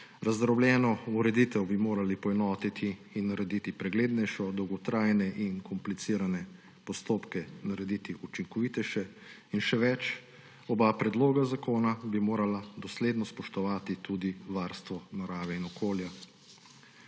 razdrobljeno ureditev in preglednejše urediti, dolgotrajne in komplicirane postopke narediti učinkovitejše, in še več, oba predloga zakona bi morala dosledno spoštovati tudi varstvo narave in okolja.